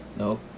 Nope